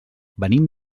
venim